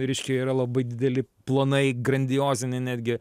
reiškia yra labai dideli planai grandioziniai netgi